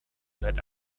let